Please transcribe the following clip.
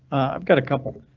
i've got a couple.